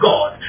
God